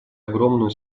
огромную